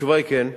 התשובה היא כן.